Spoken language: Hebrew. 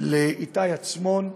לאיתי עצמון,